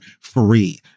free